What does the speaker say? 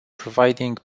providing